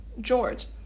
george